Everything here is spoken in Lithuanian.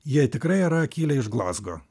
jie tikrai yra kilę iš glazgo